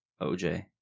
OJ